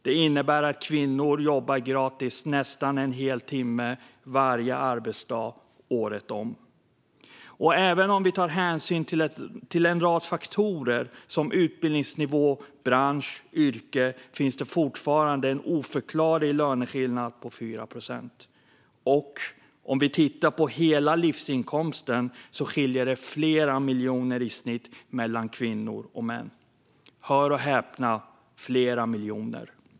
Det innebär att kvinnor jobbar gratis nästan en hel timme, varje arbetsdag, året om. Även om vi tar hänsyn till en rad faktorer, som utbildningsnivå, bransch och yrke, finns det fortfarande en oförklarlig löneskillnad på 4 procent. Och om vi tittar på hela livsinkomsten skiljer det flera miljoner kronor i snitt mellan kvinnor och män. Hör och häpna - flera miljoner!